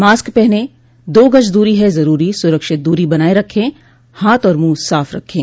mask पहनें दो गज़ दूरी है ज़रूरी सुरक्षित दूरी बनाए रखें हाथ और मुंह साफ़ रखे